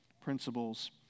Principles